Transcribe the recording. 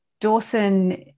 Dawson